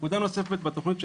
נקודה נוספת בתוכנית,